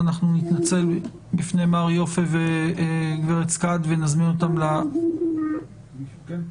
נתנצל בפני מר יפה וגברת סקאט ונזמין אותם לדיון הבא.